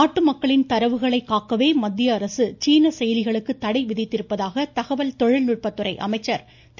நாட்டு மக்களின் தரவுகளை காக்கவே மத்திய அரசு சீன செயலிகளுக்கு தடை விதித்திருப்பதாக தகவல் தொழில்நுட்பத்துறை அமைச்சர் திரு